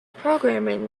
programming